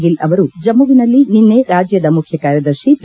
ಗಿಲ್ ಅವರು ಜಮ್ನುವಿನಲ್ಲಿ ನಿನ್ನೆ ರಾಜ್ದದ ಮುಖ್ಯ ಕಾರ್ಯದರ್ಶಿ ಬಿ